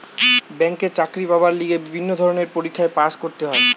ব্যাংকে চাকরি পাবার লিগে বিভিন্ন ধরণের পরীক্ষায় পাস্ করতে হয়